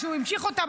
שהוא המשיך אותה.